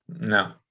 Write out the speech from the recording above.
No